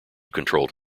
controlled